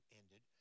ended